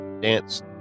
dance